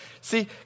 See